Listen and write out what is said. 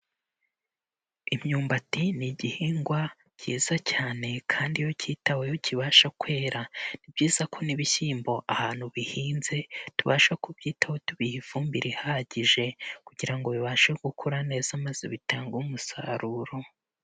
Imyumbati ni igihingwa cyiza cyane kandi iyo kitaweho kibasha kwera, ni byiza ko n'ibishyimbo ahantu bihinze tubasha kubyitaho tubiha ifumbire ihagije kugira ngo bibashe gukura neza maze bitange umusaruro.